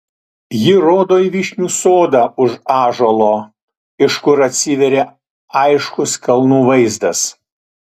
ji rodo į vyšnių sodą už ąžuolo iš kur atsiveria aiškus kalnų vaizdas